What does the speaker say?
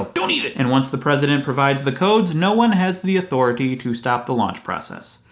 don't eat it! and once the president provides the codes, no one has the authority to stop the launch process.